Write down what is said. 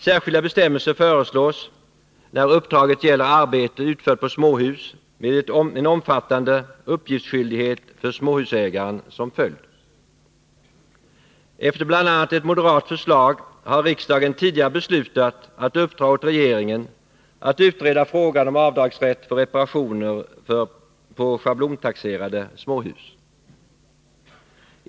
Särskilda bestämmelser föreslås när uppdraget gäller arbete utfört på småhus med en omfattande uppgiftsskyldighet för småhusägaren som följd. Efter bl.a. ett moderat förslag har riksdagen tidigare beslutat att uppdra åt regeringen att utreda frågan om rätt till avdrag för reparationer på schablontaxerade småhus.